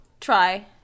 try